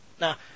now